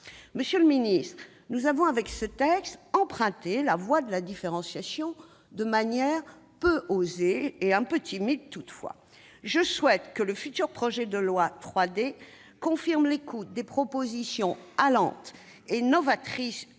Monsieur le ministre, nous avons, avec ce texte, emprunté la voie de la différenciation de manière peu osée et un peu timide, toutefois. Je souhaite que le futur projet de loi « 3D » reprenne des propositions allantes et novatrices du